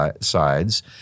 sides